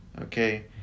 okay